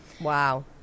Wow